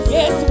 Yes